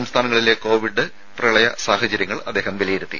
സംസ്ഥാനങ്ങളിലെ കോവിഡ് പ്രളയ സാഹചര്യങ്ങൾ അദ്ദേഹം വിലയിരുത്തി